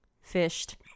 Fished